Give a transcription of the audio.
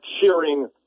cheering